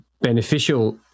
beneficial